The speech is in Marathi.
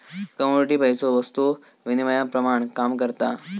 कमोडिटी पैसो वस्तु विनिमयाप्रमाण काम करता